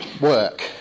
work